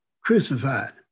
crucified